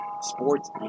Sports